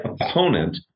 opponent